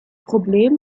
problem